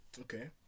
Okay